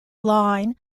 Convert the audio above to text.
line